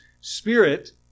spirit